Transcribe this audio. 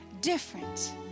different